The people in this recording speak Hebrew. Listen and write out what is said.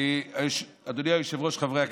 אדוני היושב-ראש, חברי הכנסת,